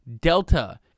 delta